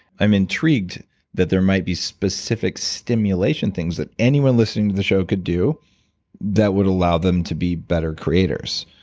i'm intrigued that there might be specific stimulation stimulation things that anyone listening to the show could do that would allow them to be better creators.